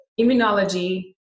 immunology